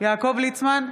יעקב ליצמן,